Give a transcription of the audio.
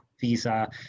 visa